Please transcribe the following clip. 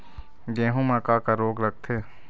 गेहूं म का का रोग लगथे?